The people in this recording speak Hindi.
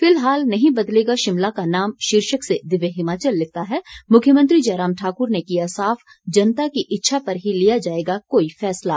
फिलहाल नहीं बदलेगा शिमला का नाम शीर्षक से दिव्य हिमाचल लिखता है मुख्यमंत्री जयराम ठाकुर ने किया साफ जनता की इच्छा पर ही लिया जाएगा कोई फैसला